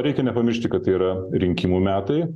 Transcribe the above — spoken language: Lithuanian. reikia nepamiršti kad tai yra rinkimų metai